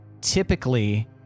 Typically